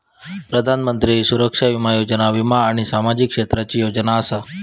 प्रधानमंत्री सुरक्षा बीमा योजना वीमा आणि सामाजिक क्षेत्राची योजना असा